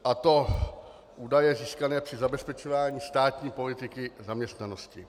A to údaje získané při zabezpečování státní politiky zaměstnanosti.